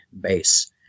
base